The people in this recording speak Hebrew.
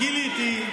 גיליתי,